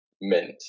mint